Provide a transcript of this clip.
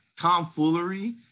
tomfoolery